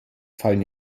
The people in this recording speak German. fallen